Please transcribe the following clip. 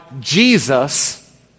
Jesus